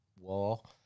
Wall